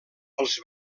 els